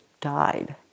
died